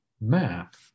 map